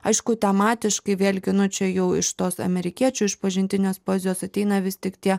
aišku tematiškai vėlgi nu čia jau iš tos amerikiečių išpažintinės poezijos ateina vis tik tie